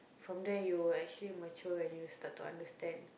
from there you will actually mature and you will start to understand